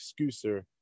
excuser